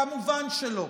כמובן שלא,